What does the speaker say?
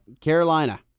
Carolina